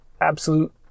absolute